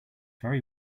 very